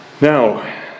Now